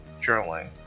journaling